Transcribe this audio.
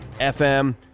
FM